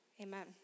Amen